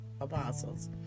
apostles